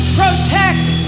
protect